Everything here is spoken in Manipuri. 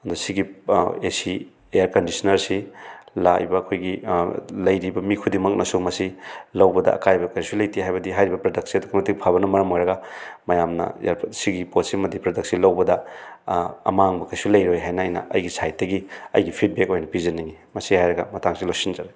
ꯑꯗ ꯁꯤꯒꯤ ꯑꯦ ꯁꯤ ꯏꯌꯥꯔ ꯀꯟꯗꯤꯁꯟꯅꯔꯁꯤ ꯂꯥꯛꯏꯕ ꯑꯩꯈꯣꯏꯒꯤ ꯂꯩꯔꯤꯕ ꯃꯤ ꯈꯨꯗꯤꯡꯃꯛꯅꯁꯨ ꯃꯁꯤ ꯂꯧꯕꯗ ꯑꯀꯥꯏꯕ ꯀꯔꯤꯁꯨ ꯂꯩꯇꯦ ꯍꯥꯏꯕꯗꯤ ꯍꯥꯏꯔꯤꯕ ꯄ꯭ꯔꯗꯛꯁꯦ ꯑꯗꯨꯛꯀꯤ ꯃꯇꯤꯛ ꯐꯕꯅ ꯃꯔꯝ ꯑꯣꯏꯔꯒ ꯃꯌꯥꯝꯅ ꯁꯤꯒꯤ ꯄꯣꯠꯁꯤꯃꯗꯤ ꯄ꯭ꯔꯗꯛꯁꯤ ꯂꯧꯕꯗ ꯑꯃꯥꯡꯕ ꯀꯔꯤꯁꯨ ꯂꯩꯔꯣꯏ ꯍꯥꯏꯅ ꯑꯩꯒꯤ ꯁꯥꯏꯗꯇꯒꯤ ꯑꯩꯒꯤ ꯐꯤꯗꯕꯦꯛ ꯑꯣꯏꯅ ꯄꯤꯖꯅꯤꯡꯉꯤ ꯃꯁꯤ ꯍꯥꯏꯔꯒ ꯃꯇꯥꯡꯁꯤꯗ ꯂꯣꯏꯁꯤꯟꯖꯔꯦ